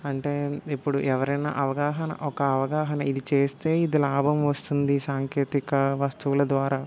అంటే ఇప్పుడు ఎవరన్నా అవగాహన ఒక్క అవగాహన ఇది చేస్తే ఇది లాభం వస్తుంది సాంకేతిక వస్తువుల ద్వారా